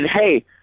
hey